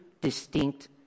distinct